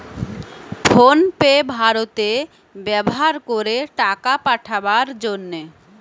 phone pay ভারতে ব্যাভার করে টাকা পাঠাবার জন্যে